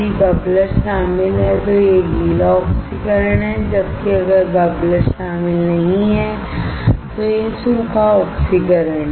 यदि बब्लरशामिल है तो यह गीला ऑक्सीकरण है जबकि अगर बब्लर शामिल नहीं है तो यह सूखा ऑक्सीकरण है